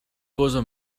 cosa